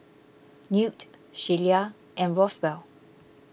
Newt Shelia and Roswell